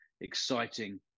exciting